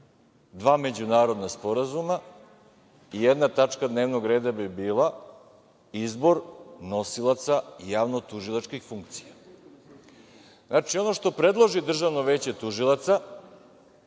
dva međunarodna sporazuma i jedna tačka dnevnog reda bi bila izbor nosilaca javnotužilačkih funkcija. Znači, ono što predloži Državno veće tužilaca